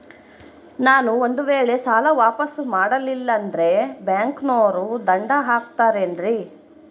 ನಾನು ಒಂದು ವೇಳೆ ಸಾಲ ವಾಪಾಸ್ಸು ಮಾಡಲಿಲ್ಲಂದ್ರೆ ಬ್ಯಾಂಕನೋರು ದಂಡ ಹಾಕತ್ತಾರೇನ್ರಿ?